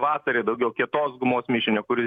vasarai daugiau kietos gumos mišinio kuris